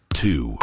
two